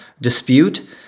dispute